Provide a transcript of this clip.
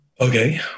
Okay